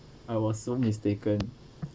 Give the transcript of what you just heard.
I was so mistaken